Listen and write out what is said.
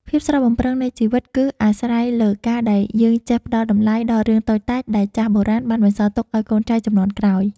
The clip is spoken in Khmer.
ភាពស្រស់បំព្រងនៃជីវិត គឺអាស្រ័យលើការដែលយើងចេះផ្តល់តម្លៃដល់រឿងតូចតាចដែលចាស់បុរាណបានបន្សល់ទុកឱ្យកូនចៅជំនាន់ក្រោយ។